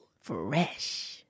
Fresh